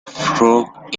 fork